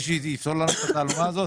יש מישהו שיכול לפתו לנו את התעלומה הזאת?